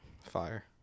Fire